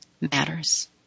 matters